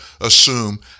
assume